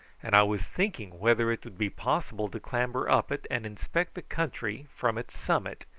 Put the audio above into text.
and i was thinking whether it would be possible to clamber up it and inspect the country from its summit,